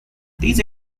these